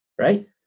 Right